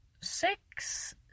six